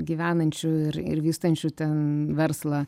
gyvenančių ir ir vystančių ten verslą